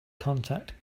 contact